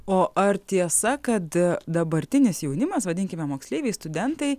o ar tiesa kad dabartinis jaunimas vadinkime moksleiviai studentai